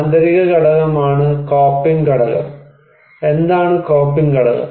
ആന്തരിക ഘടകമാണ് കോപ്പിംഗ് ഘടകം എന്താണ് കോപ്പിംഗ് ഘടകം